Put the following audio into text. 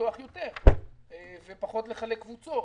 לפתוח יותר ופחות לחלק קבוצות.